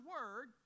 Word